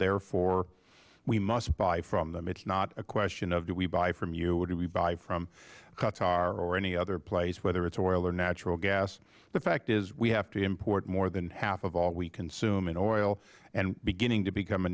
therefore we must buy from them it's not a question of do we buy from you or do we buy from qatar or any other place whether it's oil or natural gas the fact is we have to import more than half of all we consume in oil and beginning to become a